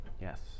yes